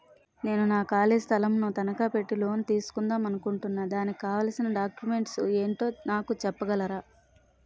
నేను నా ఖాళీ స్థలం ను తనకా పెట్టి లోన్ తీసుకుందాం అనుకుంటున్నా దానికి కావాల్సిన డాక్యుమెంట్స్ ఏంటో నాకు చెప్పగలరా?